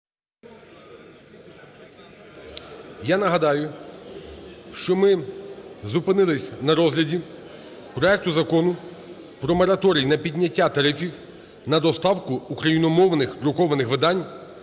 Я нагадаю, що ми зупинились на розгляді проекту Закону про мораторій на підняття тарифів на доставку україномовних друкованих видань